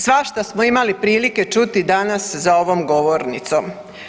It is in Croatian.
Svašta smo imali prilike čuti danas za ovom govornicom.